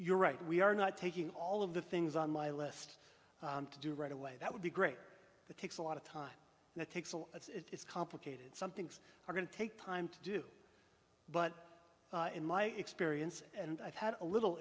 you're right we are not taking all of the things on my list to do right away that would be great for the takes a lot of time and it takes a lot it's complicated some things are going to take time to do but in my experience and i've had a little